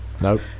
Nope